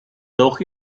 loch